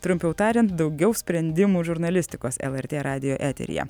trumpiau tariant daugiau sprendimų žurnalistikos lrt radijo eteryje